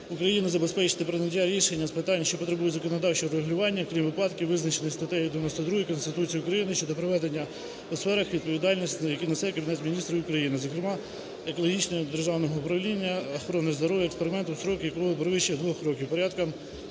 України забезпечити прийняття рішення з питань, що потребують законодавчого регулювання, крім випадків, визначених статтею 92 Конституції України щодо проведення у сферах, відповідальність, за які несе Кабінет Міністрів України, зокрема екологічного державного управління, охорони здоров'я, експерименту, строк якого не перевищує 2 років. Порядок